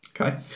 Okay